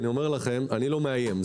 אני אומר לכם, אני לא מאיים.